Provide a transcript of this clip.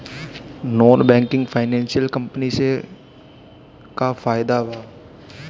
Non banking financial company से का फायदा बा?